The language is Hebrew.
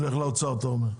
זה הולך לאוצר אתה אומר?